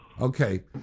Okay